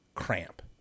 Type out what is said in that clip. cramp